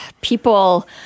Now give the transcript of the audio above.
people